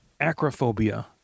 Acrophobia